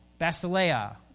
basileia